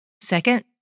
Second